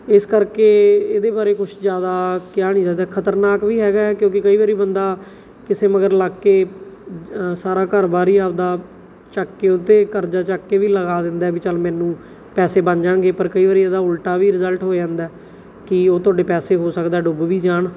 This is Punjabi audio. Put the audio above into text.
ਇਸ ਕਰਕੇ ਇਹਦੇ ਬਾਰੇ ਕੁਛ ਜ਼ਿਆਦਾ ਕਿਹਾ ਨਹੀ ਜਾ ਸਕਦਾ ਖ਼ਤਰਨਾਕ ਵੀ ਹੈਗਾ ਕਿਉਂਕਿ ਕਈ ਵਾਰ ਬੰਦਾ ਕਿਸੇ ਮਗਰ ਲੱਗ ਕੇ ਸਾਰਾ ਘਰ ਬਾਰ ਹੀ ਆਪਣਾ ਚੁੱਕ ਕੇ ਉੱਤੇ ਕਰਜ਼ਾ ਚੁੱਕ ਕੇ ਵੀ ਲਗਾ ਦਿੰਦਾ ਵੀ ਚੱਲ ਮੈਨੂੰ ਪੈਸੇ ਬਣ ਜਾਣਗੇ ਪਰ ਕਈ ਵਾਰੀ ਇਹਦਾ ਉਲਟਾ ਵੀ ਰਿਜਲਟ ਹੋ ਜਾਂਦਾ ਕਿ ਉਹ ਤੁਹਾਡੇ ਪੈਸੇ ਹੋ ਸਕਦਾ ਡੁੱਬ ਵੀ ਜਾਣ